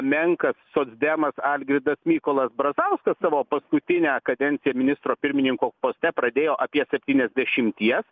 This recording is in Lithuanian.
menkas socdemas algirdas mykolas brazauskas savo paskutinę kadenciją ministro pirmininko poste pradėjo apie septyniasdešimties